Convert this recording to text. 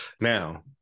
Now